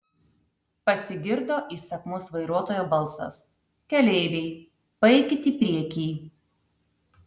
pasigirdo įsakmus vairuotojo balsas keleiviai paeikit į priekį